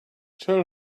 tell